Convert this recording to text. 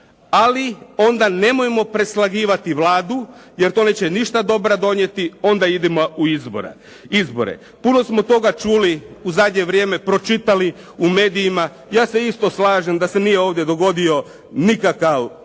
Ali onda nemojmo preslagivati Vladu, jer to neće ništa dobra donijeti. Onda idimo u izbore. Puno smo toga čuli u zadnje vrijeme, pročitali u medijima. Ja se isto slažem da se nije dogodio nikakav puč